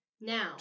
now